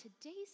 today's